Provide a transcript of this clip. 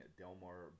delmar